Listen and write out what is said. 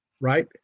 right